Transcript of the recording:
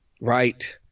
right